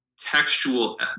textual